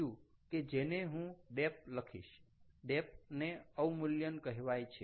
બીજુ કે જેને હું ડેપ લખીશ ડેપ ને અવમૂલ્યન કહેવાય છે